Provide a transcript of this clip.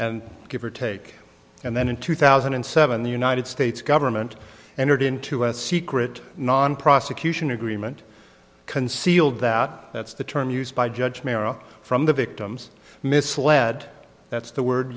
give or take and then in two thousand and seven the united states government entered into a secret non prosecution agreement concealed that that's the term used by judge marrow from the victims misled that's the word